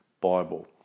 Bible